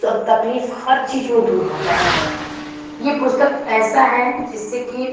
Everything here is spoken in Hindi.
सब तकलीफ़ हर चीज़ वो दूर होता है ये पुस्तक ऐसा है जिससे कि